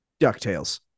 DuckTales